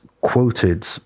quoted